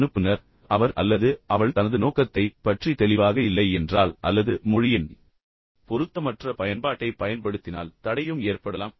அனுப்புநர் அவர் அல்லது அவள் தனது நோக்கத்தைப் பற்றி தெளிவாக இல்லை என்றால் அல்லது மொழியின் பொருத்தமற்ற பயன்பாட்டைப் பயன்படுத்தினால் தடையும் ஏற்படலாம்